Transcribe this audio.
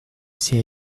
всей